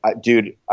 dude